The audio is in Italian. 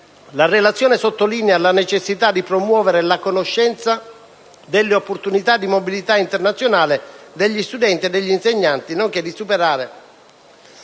la relazione sottolinea la necessità di promuovere la conoscenza delle opportunità di mobilità internazionale degli studenti e degli insegnanti, nonché di superare